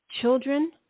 Children